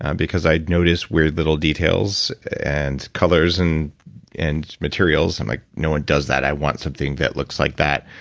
and because i noticed weird little details and colors and and materials and like no one does that. i want something that looks like that.